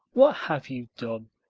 what have you done?